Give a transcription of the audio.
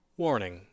warning